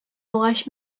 агач